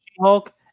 Hulk